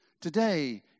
Today